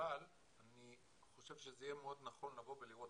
אבל אני חושב שזה יהיה מאוד נכון לבוא ולראות